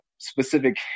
specific